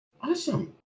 Awesome